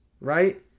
right